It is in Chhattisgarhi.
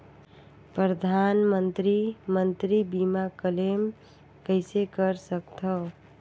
परधानमंतरी मंतरी बीमा क्लेम कइसे कर सकथव?